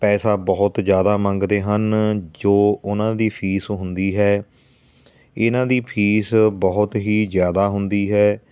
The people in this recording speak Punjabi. ਪੈਸਾ ਬਹੁਤ ਜ਼ਿਆਦਾ ਮੰਗਦੇ ਹਨ ਜੋ ਉਹਨਾਂ ਦੀ ਫੀਸ ਹੁੰਦੀ ਹੈ ਇਹਨਾਂ ਦੀ ਫੀਸ ਬਹੁਤ ਹੀ ਜ਼ਿਆਦਾ ਹੁੰਦੀ ਹੈ